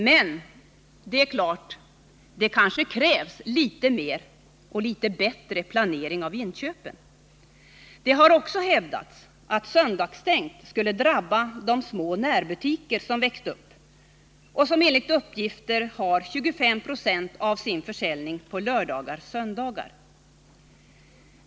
Men det kanske krävs litet mer och litet bättre planering av inköpen. Det har också hävdats att söndagsstängt skulle drabba de små närbutiker som har växt upp och som enligt uppgifter har 25 26 av sin försäljning på lördagar och söndagar.